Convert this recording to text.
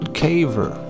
caver